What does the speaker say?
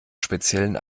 speziellen